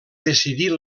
decidir